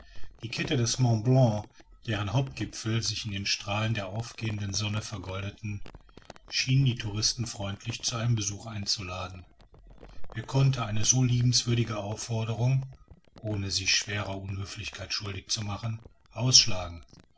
die kette des mont blanc deren hauptgipfel sich in den strahlen der aufgehenden sonne vergoldeten schien die touristen freundlich zu einem besuch einzuladen wer konnte eine so liebenswürdige aufforderung ohne sich schwerer unhöflichkeit schuldig zu machen ausschlagen